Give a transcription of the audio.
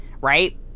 right